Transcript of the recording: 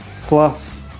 plus